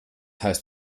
heißt